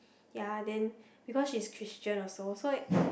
ya then because she's Christian also so it